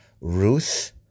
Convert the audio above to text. Ruth